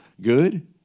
good